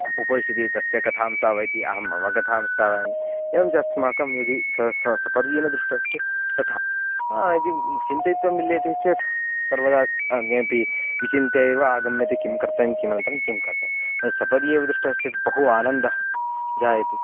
उपविशति तस्य कथां श्रावयति अहं मम कथां श्रावयामि एवञ्च अस्माकं यदि स स सपर्येन दृष्टश्चेत् तथा यदि चिन्तयित्वा मिलति चेत् सर्वदा किमपि विचिन्त्य एव आगम्यते किं कर्तव्यं किमन्तरं किं कर्तव्यं सपर्येव दृष्टः श्चेत् बहु आनन्दः जायते